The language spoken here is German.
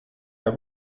herr